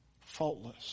faultless